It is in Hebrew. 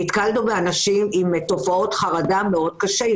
נתקלנו באנשים עם תופעות חרדה קשות מאוד,